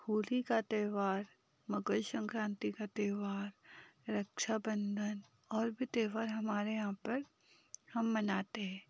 होली का त्यौहार मकर संक्रांति का त्यौहार रक्षाबंधन और भी त्यौहार हमारे यहाँ पर हम मानते हैं